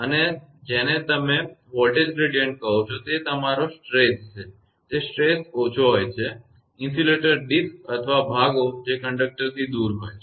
અને જેને તમે વોલ્ટેજ ગ્રેડીયંટ કહો છો તે તમારો સ્ટ્રેસતણાવ તે સ્ટ્રેસ ઓછો હોય છે ઇન્સ્યુલેટર ડિસ્ક્સ અથવા ભાગો જે કંડક્ટરથી દૂર હોય છે